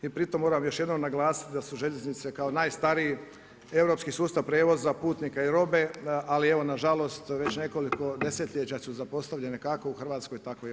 I pritom moram još jednom naglasiti da su željeznice kao najstariji europski sustav prijevoza putnika i robe, ali evo na žalost već nekoliko desetljeća su zapostavljene kako u Hrvatskoj, tako i u EU.